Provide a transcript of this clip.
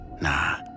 nah